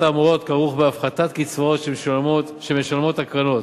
האמורות כרוך בהפחתת קצבאות שמשלמות הקרנות.